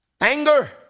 anger